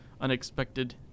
unexpected